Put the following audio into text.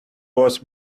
was